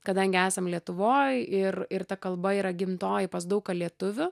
kadangi esam lietuvoj ir ir ta kalba yra gimtoji pas daug ką lietuvių